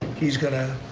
he's got to.